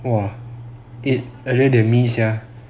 !wah! eight earlier than me sia